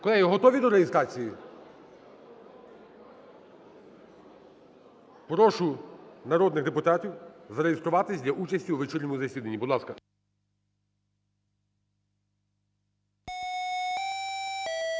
Колеги, готові до реєстрації? Прошу народних депутатів зареєструватись для участі у вечірньому засіданні, будь ласка.